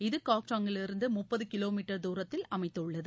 இது காங்டாக்கிலிருந்து முப்பது கிலோமீட்டர் தூரத்தில் அமைந்துள்ளது